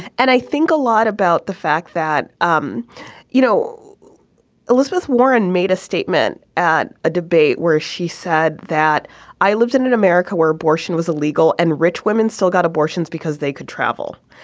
and i think a lot about the fact that um you know elizabeth warren made a statement at a debate where she said that i lived in an america where abortion was illegal and rich women still got abortions because they could travel.